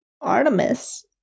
Artemis